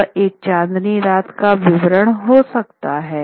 यह एक चांदनी रात का वर्णन हो सकता है